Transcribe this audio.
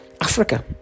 Africa